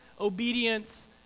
obedience